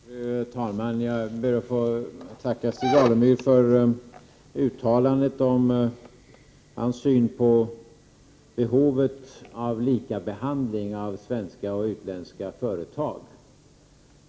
Fru talman! Jag ber att få tacka Stig Alemyr för det uttalande som han gjorde om behovet av lika behandling av svenska och utländska företag.